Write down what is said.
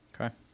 okay